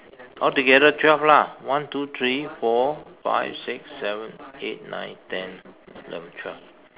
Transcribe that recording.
altogether twelve lah one two three four five six seven eight nine ten eleven twelve